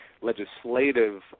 legislative